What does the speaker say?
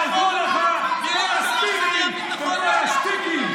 לא יעזרו לך כל הספינים וכל השטיקים.